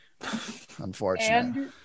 unfortunately